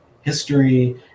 history